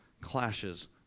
clashes